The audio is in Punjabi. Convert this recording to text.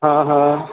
ਹਾਂ ਹਾਂ